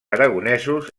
aragonesos